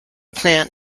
plant